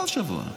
כל שבוע.